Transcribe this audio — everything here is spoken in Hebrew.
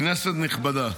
כנסת נכבדה,